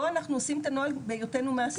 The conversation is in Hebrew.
פה אנחנו עושים את הנוהל בהיותנו מעסיק.